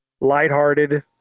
lighthearted